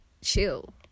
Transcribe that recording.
chill